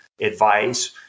advice